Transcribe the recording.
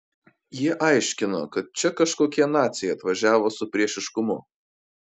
jie aiškino kad čia kažkokie naciai atvažiavo su priešiškumu